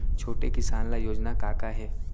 छोटे किसान ल योजना का का हे?